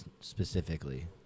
specifically